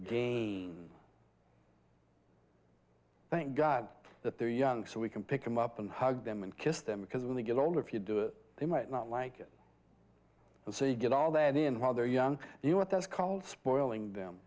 gain thank god that they're young so we can pick them up and hug them and kissed them because when they get all of you do it they might not like it and so you get all that in while they're young you know what that's called spoiling them